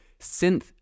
synth